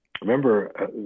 remember